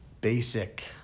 basic